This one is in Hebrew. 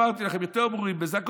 ואמרתי לך שהם יותר ברורים בזה.